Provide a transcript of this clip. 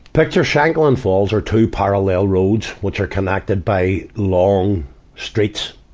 picture shankill and falls are two parallel roads, which are connected by long streets.